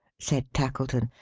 said tackleton.